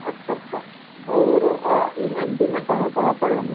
अच्छा अच्छा और इन एम पी में कहाँ कहाँ पर है